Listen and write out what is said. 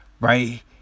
Right